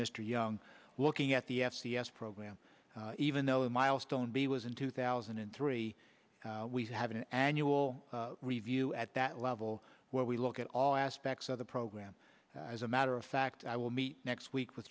mr young looking at the f c s program even though a milestone b was in two thousand and three we have an annual review at that level where we look at all aspects of the program as a matter of fact i will meet next week with